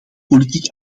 politiek